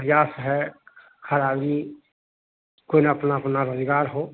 प्रयास है खराली कोई न अपना अपना रोजगार हो